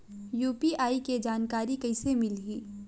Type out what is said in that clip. UPI के जानकारी कइसे मिलही?